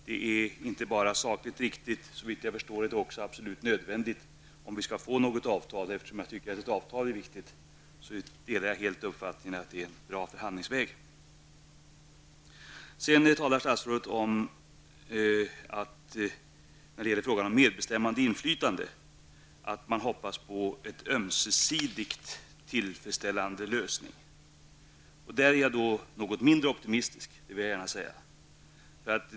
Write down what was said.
Det är inte bara sakligt riktigt utan, såvitt jag förstår, absolut nödvändigt om vi skall få ett avtal. Eftersom jag tycker att ett avtal är viktigt delar jag uppfattningen att detta kan vara en bra förhandlingsväg. Sedan talar statsrådet om medbestämmande och inflytande och att man hoppas på en ömsesidigt tillfredsställande lösning. Där är jag något mindre optimistisk, det vill jag gärna säga.